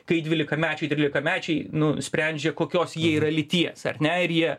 kai dvylikamečiai trylikamečiai nu sprendžia kokios jie yra lyties ar ne ir jie